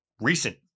Recent